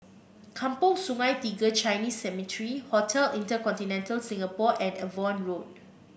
Kampong Sungai Tiga Chinese Cemetery Hotel InterContinental Singapore and Avon Road